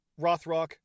Rothrock